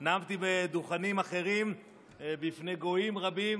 נאמתי על דוכנים אחרים בפני גויים רבים,